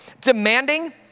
Demanding